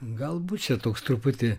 galbūt čia toks truputį